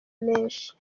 menshi